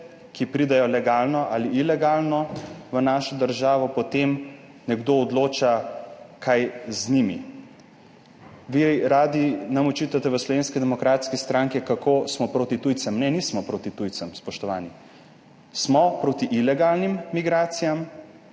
ki pridejo legalno ali ilegalno v našo državo, potem nekdo odloča, kaj z njimi. Vi radi očitate nam v Slovenski demokratski stranki, kako smo proti tujcem – ne, nismo proti tujcem, spoštovani. Smo proti ilegalnim migracijam.